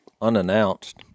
unannounced